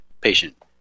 patient